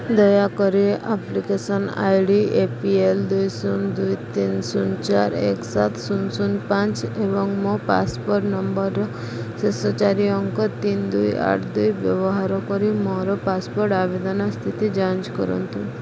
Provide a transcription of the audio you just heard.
ଦୟାକରି application I D A P L ଦୁଇ ଶୂନ ଦୁଇ ତିନି ଶୂନ ଚାରି ଏକ ସାତ ଶୂନ ଏକେ ଶୂନ ଶୂନ ପାଞ୍ଚ ଏବଂ ମୋ ପାସପୋର୍ଟ୍ ନମ୍ବରର ଶେଷ ଚାରି ଅଙ୍କ ତିନି ଦୁଇ ଆଠ ଦୁଇ ବ୍ୟବହାର କରି ମୋର ପାସପୋର୍ଟ୍ ଆବେଦନ ସ୍ଥିତି ଯାଞ୍ଚ କରନ୍ତୁ